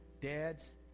Dads